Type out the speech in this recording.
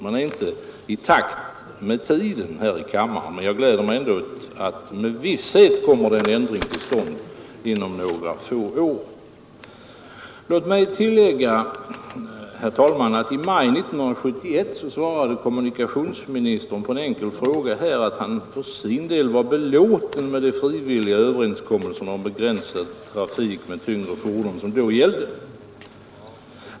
Man är inte i takt med tiden här i kammaren, men jag gläder mig ändå åt att med visshet kommer en ändring till stånd inom några få år. Låt mig tillägga, herr talman, att kommunikationsministern i maj 1971 på en enkel fråga svarade att han för sin del var belåten med de frivilliga överenskommelser om begränsad trafik med tyngre fordon som då gällde.